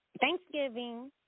Thanksgiving